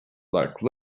like